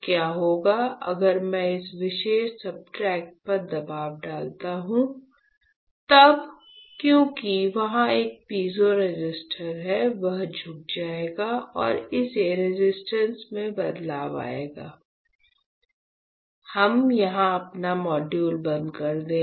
क्या होगा अगर मैं इस विशेष सब्सट्रेट पर दबाव डालता हूं तब क्योंकि वहाँ एक पीजो रेसिस्टर है यह झुक जाएगा और इससे रेजिस्टेंस में बदलाव आएगा हम यहां अपना मॉड्यूल बंद कर देंगे